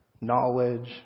knowledge